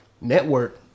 Network